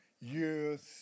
years